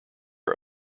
are